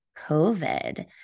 COVID